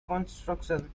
construction